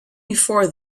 before